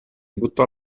buttò